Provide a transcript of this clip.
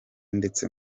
ndetse